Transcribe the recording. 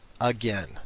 Again